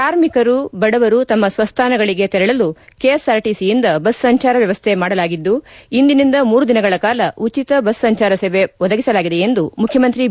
ಕಾರ್ಮಿಕರು ಬಡವರು ತಮ್ಮ ಸ್ವಸ್ಥಾನಗಳಿಗೆ ತೆರಳಲು ಕೆಎಸ್ಆರ್ಟಿಸಿಯಿಂದ ಬಸ್ ಸಂಚಾರ ವ್ಯವಸ್ಥೆ ಮಾಡಲಾಗಿದ್ದು ಇಂದಿನಿಂದ ಮೂರು ದಿನಗಳ ಕಾಲ ಉಚಿತ ಬಸ್ ಸಂಚಾರ ಸೇವೆ ಒದಗಿಸಲಾಗಿದೆ ಎಂದು ಮುಖ್ಯಮಂತ್ರಿ ಬಿ